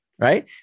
Right